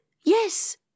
Yes